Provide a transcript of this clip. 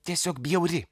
tiesiog bjauri